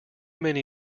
many